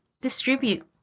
distribute